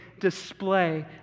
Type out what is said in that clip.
display